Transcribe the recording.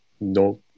no